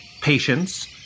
patience